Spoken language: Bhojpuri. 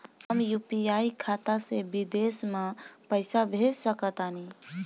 हम यू.पी.आई खाता से विदेश म पइसा भेज सक तानि?